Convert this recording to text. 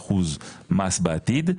ב-25% מס בעתיד,